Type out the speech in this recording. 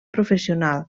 professional